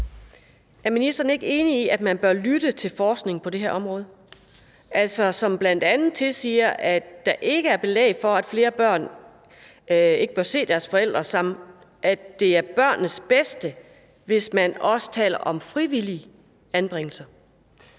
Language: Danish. Er ministeren ikke enig i, at man på det her område bør lytte til forskningen, som bl.a. tilsiger, at der ikke er belæg for, at flere børn ikke bør se deres forældre, og at det er til børnenes bedste, hvis man også taler om frivillige anbringelser?